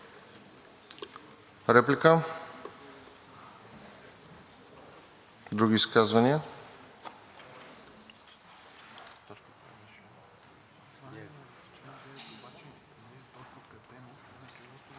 Реплика? Други изказвания?